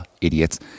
idiots